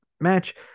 match